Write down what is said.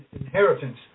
inheritance